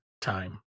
time